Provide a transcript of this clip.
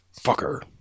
Fucker